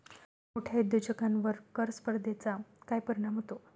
मोठ्या उद्योजकांवर कर स्पर्धेचा काय परिणाम होतो?